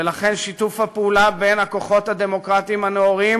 ולכן שיתוף הפעולה בין הכוחות הדמוקרטיים הנאורים